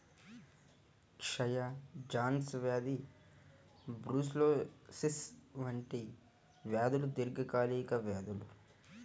క్షయ, జాన్స్ వ్యాధి బ్రూసెల్లోసిస్ వంటి వ్యాధులు దీర్ఘకాలిక వ్యాధులు